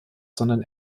sondern